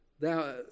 thou